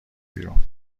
بیرون